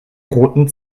roten